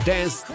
Dance